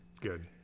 Good